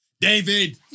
David